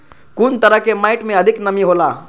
कुन तरह के माटी में अधिक नमी हौला?